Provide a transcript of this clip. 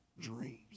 dreams